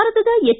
ಭಾರತದ ಎಚ್